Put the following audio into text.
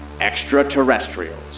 Extraterrestrials